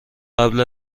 قبل